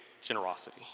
generosity